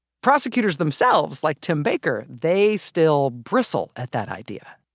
prosecutors themselves like tim baker they still bristle at that idea.